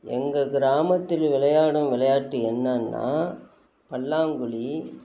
எங்கள் கிராமத்தில் விளையாடும் விளையாட்டு என்னென்னா பல்லாங்குழி